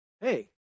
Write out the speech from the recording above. hey